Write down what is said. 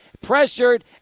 pressured